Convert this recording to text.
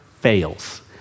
fails